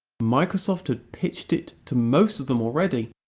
microsoft had pitched it to most of them already,